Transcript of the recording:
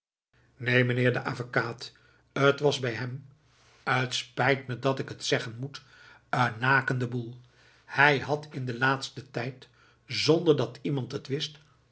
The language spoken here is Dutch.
neen meneer de avekaat t was bij hem t spijt me dat ik het zeggen moet een nakende boel hij had in den laatsten tijd zonder dat iemand het wist